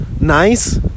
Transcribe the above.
nice